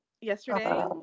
yesterday